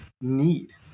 Need